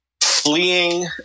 fleeing